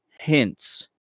hints